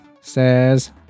says